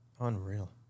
Unreal